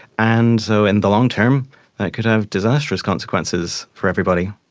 and so in the long term that could have disastrous consequences for everybody.